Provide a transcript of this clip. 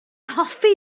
hoffi